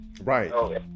Right